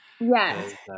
Yes